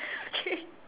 okay